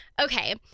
Okay